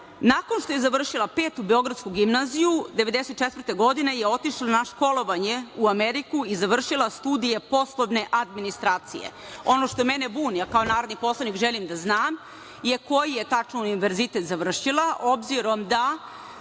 nakon što je završila Petu beogradsku gimnaziju, 1994. godine je otišla na školovanje u Ameriku i završila studije poslovne administracije. Ono što mene buni, a kao narodni poslanik želim da znam je koji je tačno univerzitet završila, obzirom da